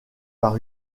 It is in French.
par